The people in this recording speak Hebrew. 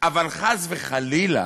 אבל חס וחלילה